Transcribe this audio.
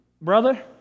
brother